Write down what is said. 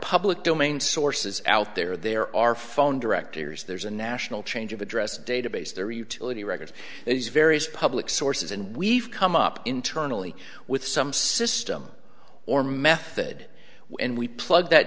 public domain sources out there there are phone directors there's a national change of address database their utility records these various public sources and we've come up internally with some system or method when we plug that